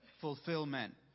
fulfillment